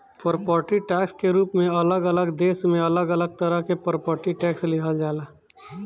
property tax के रूप में अलग अलग देश में अलग अलग तरह से प्रॉपर्टी टैक्स लिहल जाला